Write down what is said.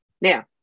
Now